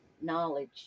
knowledge